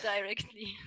directly